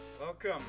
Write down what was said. welcome